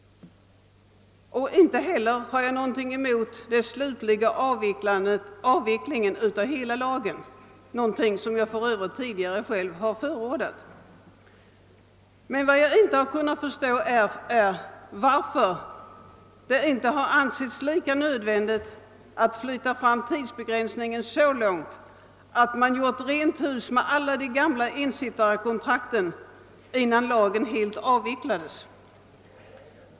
Inte heller har jag någonting emot den slutliga avvecklingen av hela lagen, någonting som jag för Övrigt tidigare själv har förordat. Men vad jag inte kunnat förstå är varför det ej ansågs lika nödvändigt att flytta fram tidsbegränsningen så långt att man gjort rent hus med alla de gamla ensittarkontrakten, innan lagen helt avvecklades.